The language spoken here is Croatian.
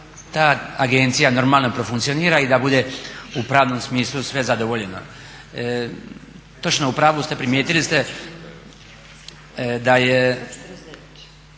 ta agencija normalno profunkcionira i da bude u pravnom smislu sve zadovoljeno. Točno u pravu ste i primijetili ste da je